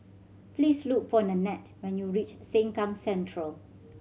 please look for Nanette when you reach Sengkang Central